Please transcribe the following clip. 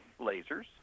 lasers